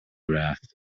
wrath